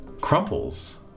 crumples